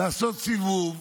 לעשות סיבוב,